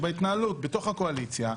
שבהתנהלות בתוך הקואליציה,